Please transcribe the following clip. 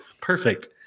perfect